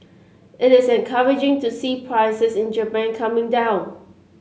it is encouraging to see prices in Japan coming down